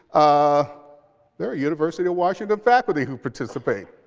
ah there are university of washington faculty who participate.